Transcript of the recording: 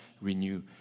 renew